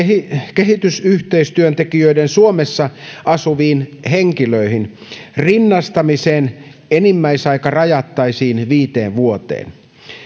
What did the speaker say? kehitysyhteistyöntekijöiden suomessa asuviin henkilöihin rinnastamisen enimmäisaika rajattaisiin viiteen vuoteen